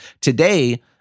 Today